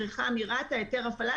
צריכה מרת"א היתר הפעלה.